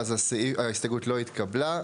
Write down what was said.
4 ההסתייגות לא התקבלה.